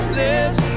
lips